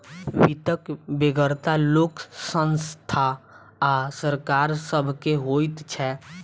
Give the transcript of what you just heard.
वित्तक बेगरता लोक, संस्था आ सरकार सभ के होइत छै